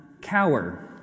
cower